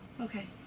Okay